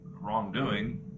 wrongdoing